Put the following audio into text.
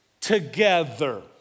together